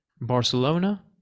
Barcelona